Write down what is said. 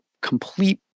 complete